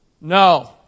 No